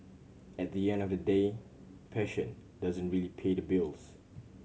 at the end of the day passion doesn't really pay the bills